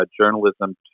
journalism